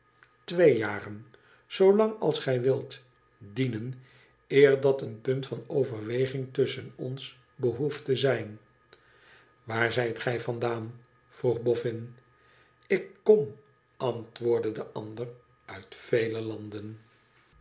twee jaren zoolang als gij wilt dienen eer dat een punt van overweging tusschen ons behoeft te zijn waar zijt gij vandaan vroeg boffin ik kom antwoordde de ander uit vele landen